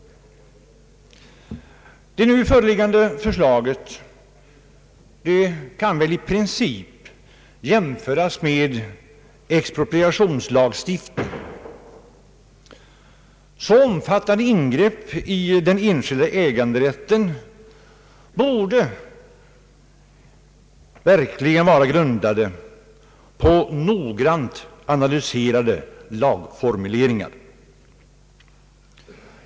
Det nu föreliggande förslaget kan i princip jämföras med expropriationslagstiftning. Så omfattande ingrepp i den enskilda äganderätten som det här är fråga om borde verkligen vara grundade på noggrant analyserade lagformuleringar.